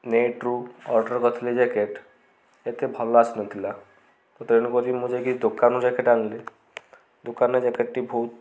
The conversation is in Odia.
ନେଟ୍ରୁ ଅର୍ଡ଼ର କରିଥିଲି ଜ୍ୟାକେଟ୍ ଏତେ ଭଲ ଆସିନଥିଲା ତେଣୁକରି ମୁଁ ଯାଇକି ଦୋକାନରୁ ଜ୍ୟାକେଟ୍ ଆଣିଲି ଦୋକାନରେ ଜ୍ୟାକେଟ୍ଟି ବହୁତ